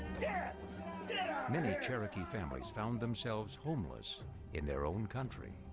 yeah yeah many cherokee families found themselves homeless in their own country.